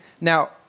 Now